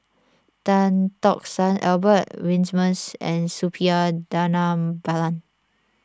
Tan Tock San Albert Winsemius and Suppiah Dhanabalan